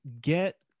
get